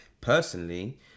personally